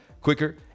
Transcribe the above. quicker